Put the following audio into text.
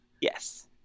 Yes